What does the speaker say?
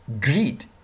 Greed